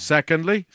Secondly